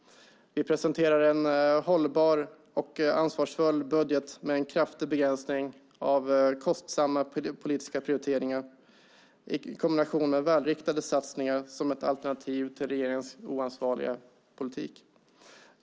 Vi presenterar en hållbar och ansvarsfull budget med en kraftig begränsning av kostsamma politiska prioriteringar i kombination med välriktade satsningar som ett alternativ till regeringens oansvariga politik.